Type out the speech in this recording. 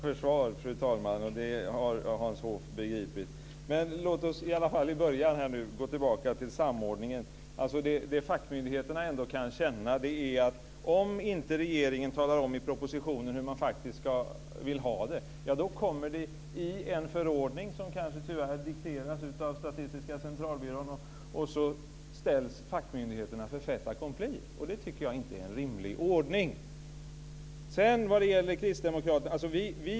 Fru talman! Anfall är ju bästa försvar. Det har Hans Hoff begripit. Låt oss här i början gå tillbaka till samordningen. Om regeringen inte talar om i propositionen hur man faktiskt vill ha det, kommer det kanske en förordning som tyvärr dikteras av Statistiska centralbyrån, och så ställs fackmyndigheterna inför fait accompli. Det tycker jag inte är en rimlig ordning.